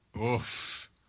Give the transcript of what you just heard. Oof